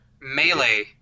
Melee